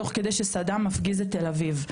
תוך כדי שסדאם מפגיז את תל אביב,